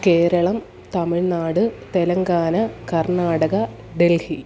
Keralam Tamil Nadu Telangana Karnataka Delhi